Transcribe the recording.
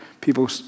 People